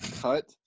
cut